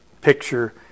picture